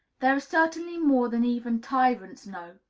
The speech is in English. there are certainly more than even tyrants know!